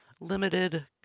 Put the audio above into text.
limited